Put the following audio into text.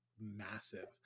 massive